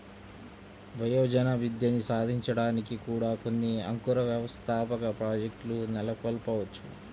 వయోజన విద్యని సాధించడానికి కూడా కొన్ని అంకుర వ్యవస్థాపక ప్రాజెక్ట్లు నెలకొల్పవచ్చు